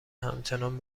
همچنان